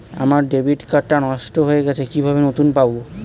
আমার debit card টা নষ্ট হয়ে গেছে কিভাবে নতুন কার্ড পাব?